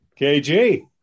kg